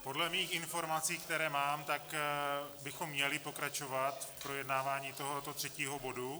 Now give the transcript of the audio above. Podle mých informací, které mám, bychom měli pokračovat v projednávání tohoto třetího bodu.